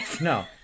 No